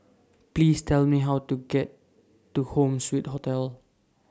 Please Tell Me How to get to Home Suite Hotel